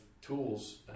tools